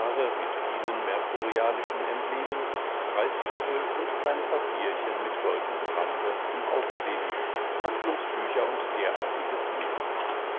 mit vielen merkurialischen emblemen preiszettel und kleine papierchen mit goldenem rande zum aufkleben handlungsbücher und derartiges mehr